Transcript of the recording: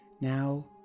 Now